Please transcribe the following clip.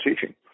teaching